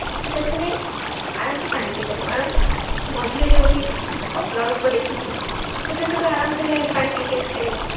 ସେ ସେଇଠୁ ଯାଇ ଆରାମସେ ପାଣି ପିଇପାରିବ କାରଣ ମଝିରେ ଯେଉଁଠି ନଳକୂପ ଦେଖିଛି ତ ସେ ସେଇଠୁ ଆରାମସେ ଯାଇକି ପାଣି ପିଇକି ଆସିପାରିବ